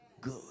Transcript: good